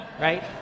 right